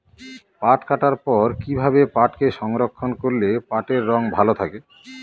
পাট কাটার পর কি ভাবে পাটকে সংরক্ষন করলে পাটের রং ভালো থাকে?